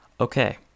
Okay